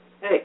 hey